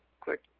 Quick